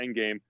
Endgame